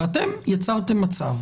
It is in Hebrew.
ואתם יצרתם מצב